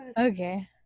Okay